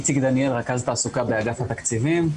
אני רכז תעסוקה באגף התקציבים.